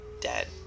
dead